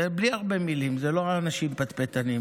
ובלי הרבה מילים, זה לא אנשים פטפטנים,